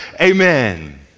amen